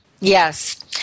Yes